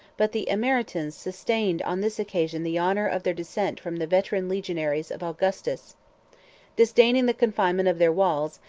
but the emeritans sustained on this occasion the honor of their descent from the veteran legionaries of augustus disdaining the confinement of their walls,